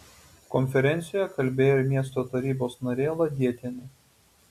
konferencijoje kalbėjo ir miesto tarybos narė ladietienė